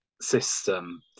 system